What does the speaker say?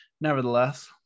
nevertheless